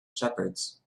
shepherds